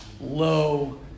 low